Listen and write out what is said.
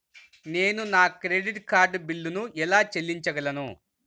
నేను నా credit card బిల్లును ఎలా చెల్లించగలను?